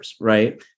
right